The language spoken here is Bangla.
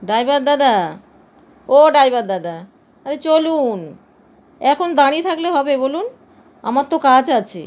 ড্রাইভার দাদা ও ড্রাইভার দাদা আরে চলুন এখন দাঁড়িয়ে থাকলে হবে বলুন আমার তো কাজ আছে